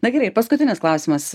na gerai paskutinis klausimas